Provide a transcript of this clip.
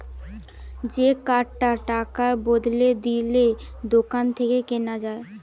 যে কার্ডটা টাকার বদলে দিলে দোকান থেকে কিনা যায়